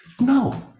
No